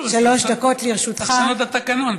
צריך לשנות את התקנון,